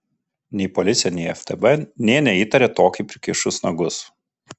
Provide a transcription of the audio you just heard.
nei policija nei ftb nė neįtarė tokį prikišus nagus